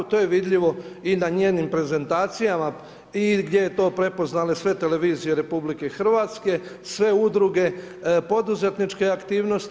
To je vidljivo i na njenim prezentacijama i gdje je to prepoznale sve televizije RH, sve udruge, poduzetničke aktivnosti.